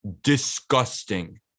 disgusting